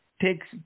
takes